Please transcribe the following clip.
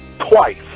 Twice